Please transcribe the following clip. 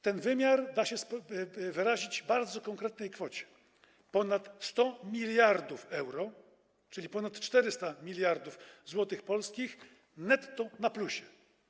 Ten wymiar da się wyrazić w bardzo konkretnej kwocie ponad 100 mld euro, czyli ponad 400 mld zł polskich netto na plusie.